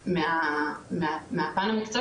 כן,